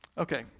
okay,